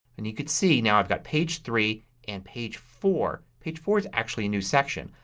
and you can see now i've got page three and page four. page four is actually a new section.